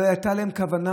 לא הייתה להם כוונה,